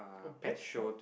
a pet shop